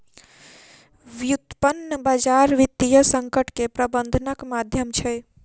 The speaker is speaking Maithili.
व्युत्पन्न बजार वित्तीय संकट के प्रबंधनक माध्यम छै